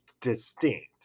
distinct